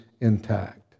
intact